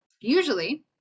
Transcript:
Usually